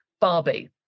Barbie